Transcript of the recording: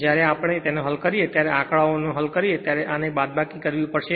જ્યારે આપણે તેનો હલ કરીએ ત્યારે આ આંકડાઓને હલ કરીએ ત્યારે આને એક જ બાદબાકી કરવી પડશે